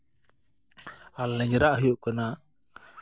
ᱟᱨ ᱞᱮᱸᱡᱨᱟᱣᱟᱜ ᱦᱩᱭᱩᱜ ᱠᱟᱱᱟ